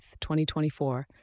2024